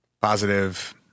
positive